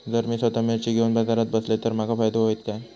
जर मी स्वतः मिर्ची घेवून बाजारात बसलय तर माका फायदो होयत काय?